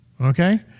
Okay